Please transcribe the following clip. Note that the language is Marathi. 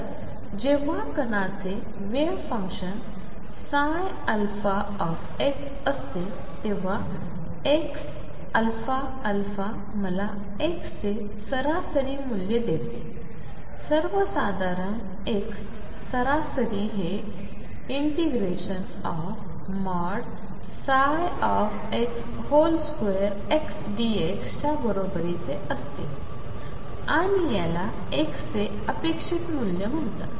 तर जेव्हा कणाचे वेव्ह फंक्शन असते तेव्हा xαα मला x चे सरासरी मूल्य देते सर्वसाधारण x सरासरी हे ∫ψ2xdx च्या बरोबरीचे असते आणि याला x चे अपेक्षित मूल्य म्हणतात